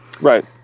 Right